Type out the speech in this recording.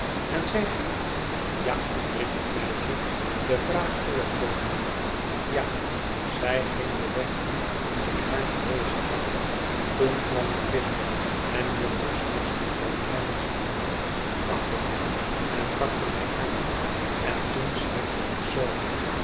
en zij ging ja riep het meisje de vraag voorkomende ja zij ging den weg dien ik haar gewezen had toen kwam ik binnen en jufvrouw snagsby kwam ergens vandaan achter mij en pakte mij aan en toen schrikte ik zoo